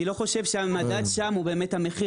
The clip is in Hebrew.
אני לא חושב שהמדד שם הוא המחיר,